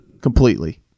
completely